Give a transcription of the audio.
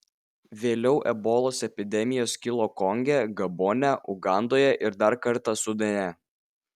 vėliau ebolos epidemijos kilo konge gabone ugandoje ir dar kartą sudane